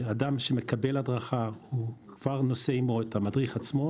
אדם שמקבל הדרכה הוא כבר נושא עמו את המדריך עצמו,